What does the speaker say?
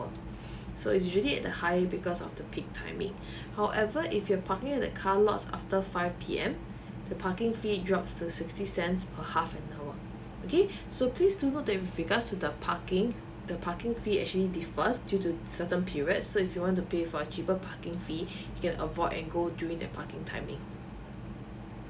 so is really at a higher because of the peak timing however if you are parking at the car lots after five P_M the parking fee drop to sixty cents per half an hour okay so please to note that with regards to the parking the parking fee actually differs due to certain periods so if you want to pay for a cheaper parking fee you can avoid and go during the parking timing